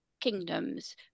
kingdoms